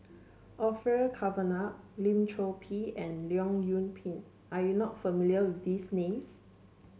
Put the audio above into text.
Orfeur Cavenagh Lim Chor Pee and Leong Yoon Pin are you not familiar with these names